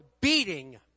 beating